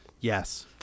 yes